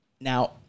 now